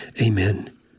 Amen